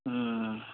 ହୁଁ